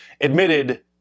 admitted